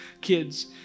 kids